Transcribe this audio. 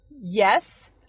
Yes